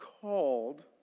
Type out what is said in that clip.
called